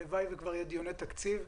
הלוואי וכבר יהיו דיוני תקציב,